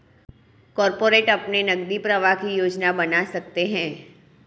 corporate अपने नकदी प्रवाह की योजना बना सकते हैं